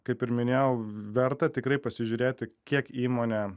kaip ir minėjau verta tikrai pasižiūrėti kiek įmonė